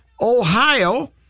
Ohio